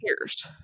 years